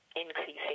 increasing